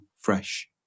fresh